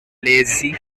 lazy